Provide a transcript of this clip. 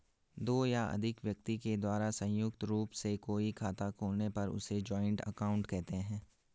दो या अधिक व्यक्ति के द्वारा संयुक्त रूप से कोई खाता खोलने पर उसे जॉइंट अकाउंट कहते हैं